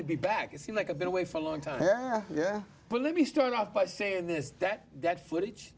to be back you seem like a been away for a long time yeah well let me start off by saying this that that footage